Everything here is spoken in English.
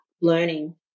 learning